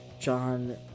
John